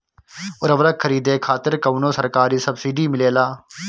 उर्वरक खरीदे खातिर कउनो सरकारी सब्सीडी मिलेल?